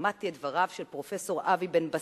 שמעתי את דבריו של פרופסור אבי בן-בסט,